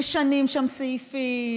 משנים שם סעיפים,